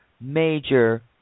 major